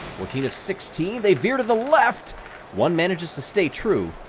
fourteen of sixteen, they veer to the left one manages to stay true.